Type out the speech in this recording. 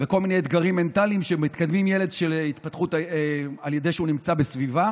ובכל מיני אתגרים מנטליים שמקדמים ילד על ידי כך שהוא נמצא בסביבה